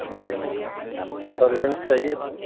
جی ٖ پروینس چاہیے تھا